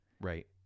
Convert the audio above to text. Right